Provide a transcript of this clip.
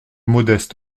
modeste